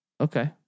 Okay